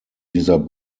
dieser